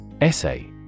Essay